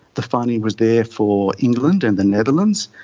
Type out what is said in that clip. the finding was there for england and the netherlands,